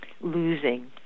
losing